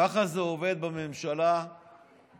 ככה זה עובד בממשלה היהודית-פלסטינית: